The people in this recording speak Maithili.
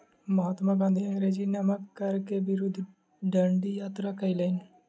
महात्मा गाँधी अंग्रेजी नमक कर के विरुद्ध डंडी यात्रा कयलैन